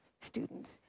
students